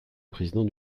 président